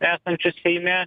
esančius seime